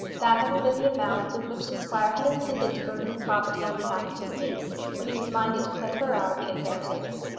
that having been the amount with which the squire had intended to burden the property on behalf of his niece when he was minded to put her out of the inheritance.